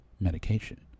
medication